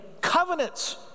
covenants